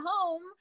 home